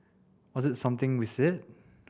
was it something we said